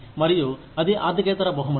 మరియు అది ఆర్థికేతర బహుమతి